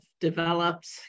developed